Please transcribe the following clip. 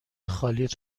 خالیت